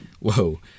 Whoa